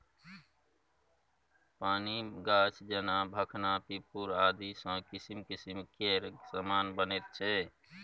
पानिक गाछ जेना भखना पिपुर आदिसँ किसिम किसिम केर समान बनैत छै